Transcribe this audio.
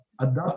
Adapt